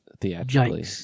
theatrically